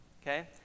Okay